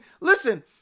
listen